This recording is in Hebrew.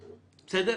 בסדר?